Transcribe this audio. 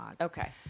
Okay